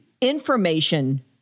information